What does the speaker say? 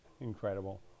incredible